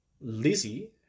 Lizzie